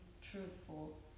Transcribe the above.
truthful